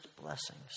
blessings